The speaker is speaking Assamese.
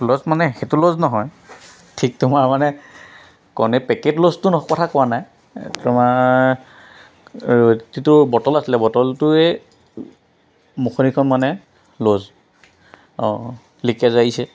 লুজ মানে সেইটো লছ নহয় ঠিক তোমাৰ মানে কণে পেকেট লু'জটো নহয় কথা কোৱা নাই তোমাৰ যিটো বটল আছিলে বটলটোৱে মুখনিখন মানে লুজ অঁ লিকেজ আহিছে